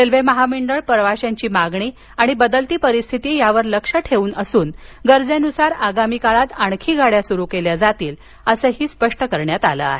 railway महामंडळ प्रवाश्यांची मागणी आणि बदलती परिस्थिती यावर लक्ष ठेवून असून गरजेनुसार आगामी काळात आणखी गाड्या सुरु केल्या जातील असं स्पष्ट करण्यात आलं आहे